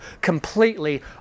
completely